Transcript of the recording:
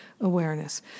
awareness